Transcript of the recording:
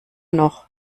noch